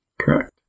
Correct